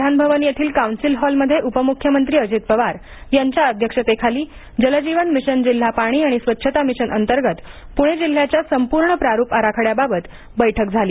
विधानभवन येथील कौन्सिल हॉलमध्ये उपमुख्यमंत्री अजित पवार यांच्या अध्यक्षतेखाली जलजीवन मिशन जिल्हा पाणी आणि स्वच्छता मिशन अंतर्गत पुणे जिल्ह्याच्या संपूर्ण प्रारूप आराखड्याबाबत बैठक झाली